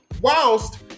whilst